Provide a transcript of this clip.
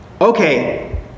Okay